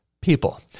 People